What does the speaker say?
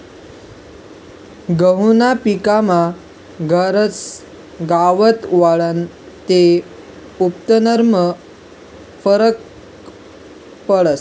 गहूना पिकमा गाजर गवत वाढनं ते उत्पन्नमा फरक पडस